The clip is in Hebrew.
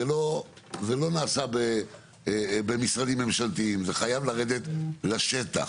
זה לא נעשה במשרדים ממשלתיים, זה חייב לרדת לשטח.